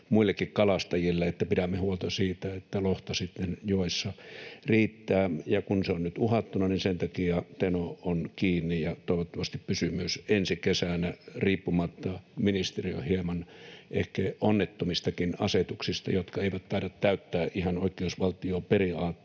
muillekin kalastajille, että pidämme huolta siitä, että lohta sitten joissa riittää. Kun se on nyt uhattuna, niin sen takia Teno on kiinni ja toivottavasti pysyy myös ensi kesänä, riippumatta ministeriön hieman ehkä onnettomistakin asetuksista, jotka eivät taida täyttää ihan oikeusvaltioperiaatteen